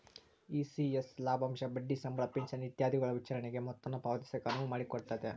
ECS ಲಾಭಾಂಶ ಬಡ್ಡಿ ಸಂಬಳ ಪಿಂಚಣಿ ಇತ್ಯಾದಿಗುಳ ವಿತರಣೆಗೆ ಮೊತ್ತಾನ ಪಾವತಿಸಾಕ ಅನುವು ಮಾಡಿಕೊಡ್ತತೆ